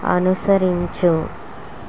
అనుసరించు